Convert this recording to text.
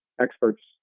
experts